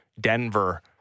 Denver